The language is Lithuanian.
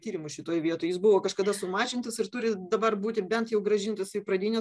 tyrimų šitoj vietoj jis buvo kažkada sumažintas ir turi dabar būti bent jau grąžintas į pradinę